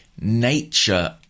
nature